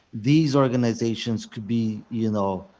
these organizations could be, you know,